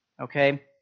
Okay